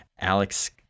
alex